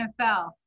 NFL